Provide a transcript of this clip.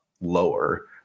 lower